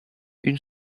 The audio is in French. une